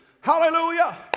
hallelujah